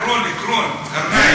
קרון, קרון, קרניים.